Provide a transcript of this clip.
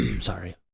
Sorry